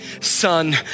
Son